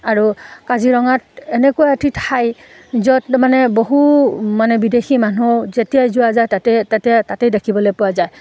আৰু কাজিৰঙাত এনেকুৱা এটি ঠাই য'ত মানে বহু মানে বিদেশী মানুহ যেতিয়াই যোৱা যায় তাতে তাতিয়া তাতেই দেখিবলৈ পোৱা যায়